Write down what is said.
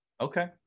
okay